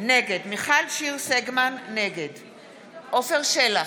נגד עפר שלח,